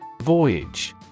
Voyage